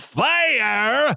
fire